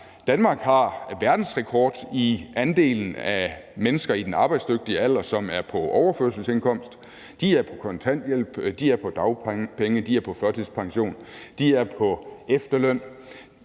Danmark har verdensrekord i andelen af mennesker i den arbejdsdygtige alder, som er på overførselsindkomst. De er på kontanthjælp, de er på dagpenge, de er på førtidspension, de er på efterløn,